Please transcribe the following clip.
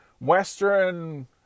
Western